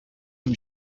amb